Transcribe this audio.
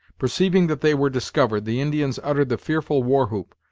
perceiving that they were discovered, the indians uttered the fearful war-whoop,